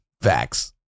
Facts